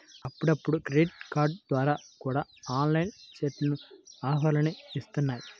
అప్పుడప్పుడు క్రెడిట్ కార్డుల ద్వారా కూడా ఆన్లైన్ సైట్లు ఆఫర్లని ఇత్తన్నాయి